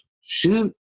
shoot